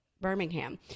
Birmingham